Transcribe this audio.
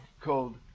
called